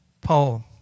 Paul